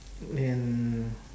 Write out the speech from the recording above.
and